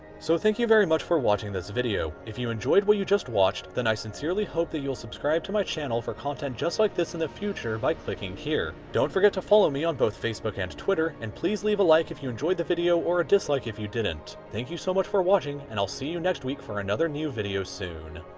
so thank you very much for watching this video, if you enjoyed what you just watched, then i sincerely hope that you'll subscribe to my channel for content just like this in the future by clicking here. don't forget to follow me on both facebook and twitter, and please leave a like if you enjoyed the video, or a dislike if you didn't. thank you so much for watching and i'll see you next week for another new video soon.